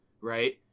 right